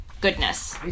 goodness